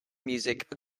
music